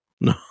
No